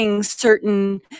certain